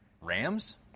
Rams